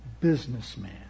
businessman